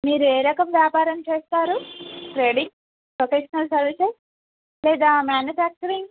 మీరు ఏ రకం వ్యాపారం చేస్తారు ట్రేడింగ్ ప్రొఫెషనల్ సర్వీసెస్ లేదా మ్యానుఫ్యాక్చరింగ్